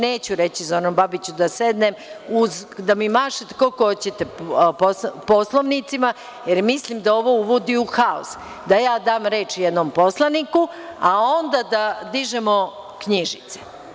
Neću reći Zoranu Babiću da sedne, da mi mašete koliko god hoćete poslovnicima, jer mislim da ovo uvodi u haos, da ja dam reč jednom poslaniku, a onda da dižemo knjižice.